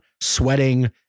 sweating